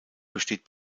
besteht